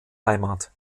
heimat